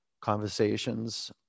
conversations